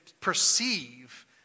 perceive